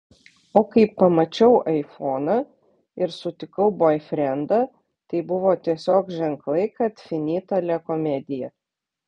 o kai pamačiau aifoną ir sutikau boifrendą tai buvo tiesiog ženklai kad finita la komedija